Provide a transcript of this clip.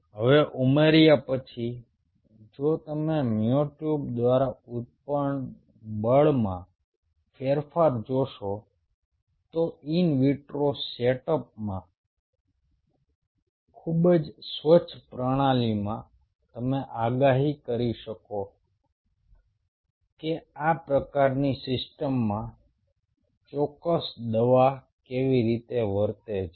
હવે ઉમેર્યા પછી જો તમે મ્યોટ્યુબ દ્વારા ઉત્પન્ન બળમાં ફેરફાર જોશો તો ઈન વિટ્રો સેટઅપમાં ખૂબ જ સ્વચ્છ પ્રણાલીમાં તમે આગાહી કરી શકશો કે આ પ્રકારની સિસ્ટમમાં ચોક્કસ દવા કેવી રીતે વર્તે છે